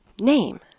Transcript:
name